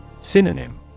Synonym